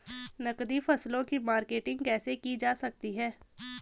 नकदी फसलों की मार्केटिंग कैसे की जा सकती है?